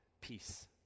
Peace